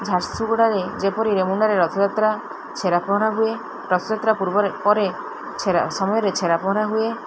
ଝାରସୁଗୁଡ଼ାରେ ଯେପରି ରେମୁଣାରେ ରଥଯାତ୍ରା ଛେରା ପହଁରା ହୁଏ ରଥଯାତ୍ରା ପୂର୍ବ ପରେ ଛେରା ସମୟରେ ଛେରା ପହଁରା ହୁଏ